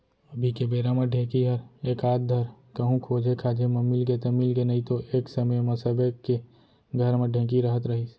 अभी के बेरा म ढेंकी हर एकाध धर कहूँ खोजे खाजे म मिलगे त मिलगे नइतो एक समे म सबे के घर म ढेंकी रहत रहिस